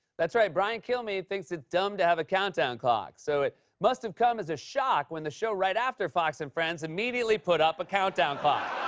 that's right. brian kilmeade thinks it's dumb to have a countdown clock. so it must have come as a shock when the show right after fox and friends immediately put up a countdown clock.